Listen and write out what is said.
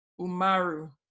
Umaru